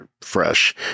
fresh